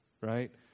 right